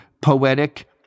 poetic